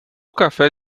café